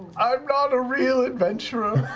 ah not a real adventurer.